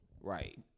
Right